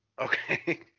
Okay